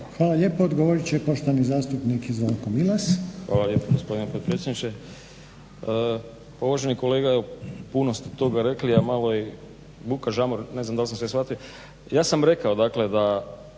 Hvala lijepa. Odgovorit će poštovani zastupnik Zvonko Milas. **Milas, Zvonko (HDZ)** Hvala lijepo gospodine potpredsjedniče. Uvaženi kolega puno ste toga rekli a malo i buka žamor ne znam da li sam sve shvatio. Ja sam rekao da o